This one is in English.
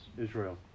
Israel